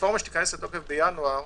רפורמה שתיכנס לתוקף בינואר,